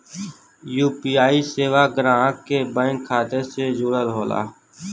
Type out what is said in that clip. UPI सेवा ग्राहक के बैंक खाता से जुड़ल होला